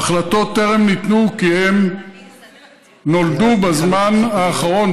שבהם ההחלטות טרם ניתנו כי הן נולדו בזמן האחרון,